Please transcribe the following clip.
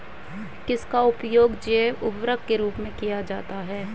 किसका उपयोग जैव उर्वरक के रूप में किया जाता है?